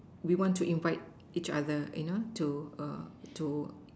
we want to invite each other you know to